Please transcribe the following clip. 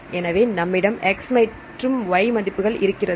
எனவே நம்மிடம் x மற்றும் y மதிப்புகள் இருக்கிறது